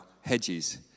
hedges